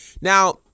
Now